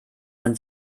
man